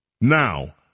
Now